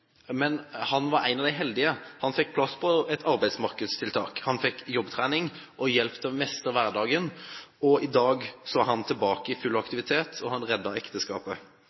men han var én av de heldige. Han fikk plass på et arbeidsmarkedstiltak. Han fikk jobbtrening og hjelp til å mestre hverdagen, og i dag er han tilbake i full aktivitet, og han reddet ekteskapet